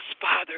Father